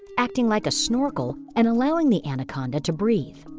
acting like a snorkel and allowing the anaconda to breathe.